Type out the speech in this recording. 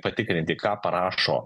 patikrinti ką parašo